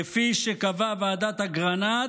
כפי שקבעה ועדת אגרנט,